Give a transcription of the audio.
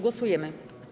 Głosujemy.